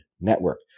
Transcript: network